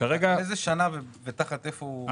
איזה שנה ותחת איפה?